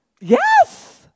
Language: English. Yes